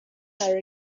قراره